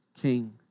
king